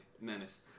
menace